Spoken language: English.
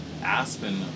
Aspen